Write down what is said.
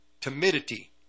timidity